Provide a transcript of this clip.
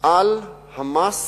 למס